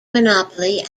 monopoly